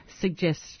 suggest